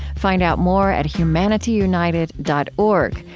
find out more at humanityunited dot org,